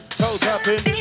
toe-tapping